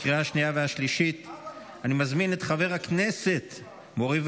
אושרה בקריאה הראשונה ותעבור לדיון בוועדת